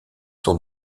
sont